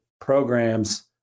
programs